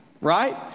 right